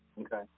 Okay